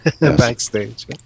Backstage